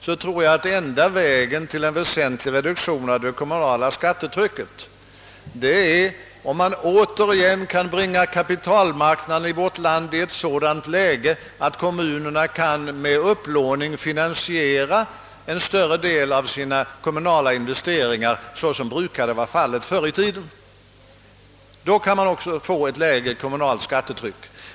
Jag tror att enda möjligheten att reducera det kommunala skattetrycket är att återigen bringa kapitalmarknaden i vårt land i ett sådant läge, att kommunerna genom upplåning kan finansiera en större del av sina investeringar, såsom brukade vara fallet förr i tiden.